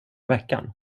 veckan